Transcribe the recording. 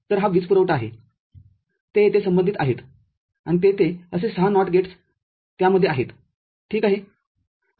तरहा वीजपुरवठा आहे ते येथे संबंधित आहेत आणि तेथे असे ६ नॉट गेट्सत्यामध्ये आहेत ठीक आहे